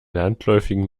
landläufigen